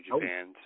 Japan